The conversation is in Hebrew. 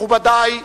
מכובדי,